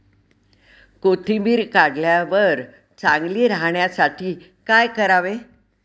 कोथिंबीर काढल्यावर चांगली राहण्यासाठी काय करावे?